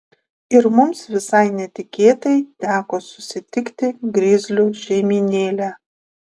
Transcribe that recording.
ir mums visai netikėtai teko susitikti grizlių šeimynėlę